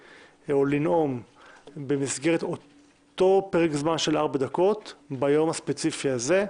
לנאום במסגרת אותו פרק זמן של ארבע דקות ביום הספציפי הזה,